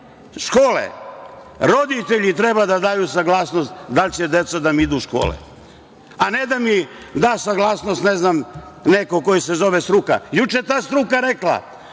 škole, roditelji treba da daju saglasnost da li će deca da im idu u škole, a ne da mi da saglasnost neko ko se zove struka. Juče ta struka rekla